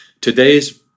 today's